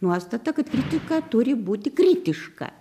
nuostatą kad kritika turi būti kritiška